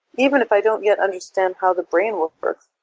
even if i don't yet understand how the brain works,